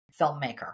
filmmaker